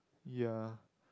ya